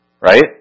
right